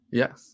yes